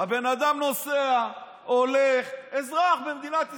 הבן אדם נוסע, הולך, אזרח במדינת ישראל,